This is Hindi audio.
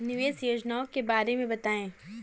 निवेश योजनाओं के बारे में बताएँ?